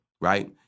Right